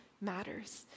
matters